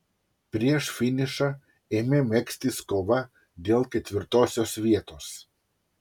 prieš finišą ėmė megztis kova dėl ketvirtosios vietos